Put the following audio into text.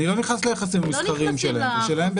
אני לא נכנס ליחסים המסחריים שלהם.